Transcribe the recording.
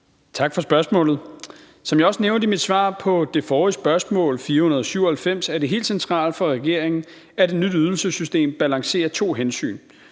Tak for spørgsmålet. Som jeg også nævnte i mit svar på det forrige spørgsmål, S 497, er det helt centralt for regeringen, at et nyt ydelsessystem balancerer to hensyn: